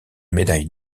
médaille